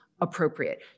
appropriate